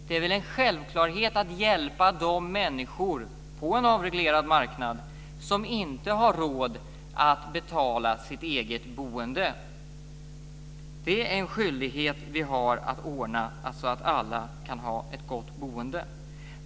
Det är väl en självklarhet att hjälpa de människor, på en avreglerad marknad, som inte har råd att betala sitt eget boende. Det är en skyldighet att ordna så att alla kan ha ett gott boende.